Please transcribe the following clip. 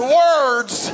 words